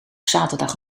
zaterdag